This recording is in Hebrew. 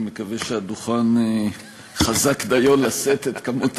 אני מקווה שהדוכן חזק דיו לשאת את כמות